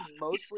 mostly